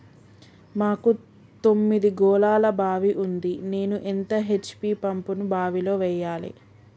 మాకు తొమ్మిది గోళాల బావి ఉంది నేను ఎంత హెచ్.పి పంపును బావిలో వెయ్యాలే?